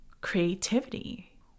creativity